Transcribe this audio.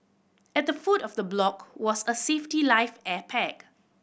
at the foot of the block was a safety life air pack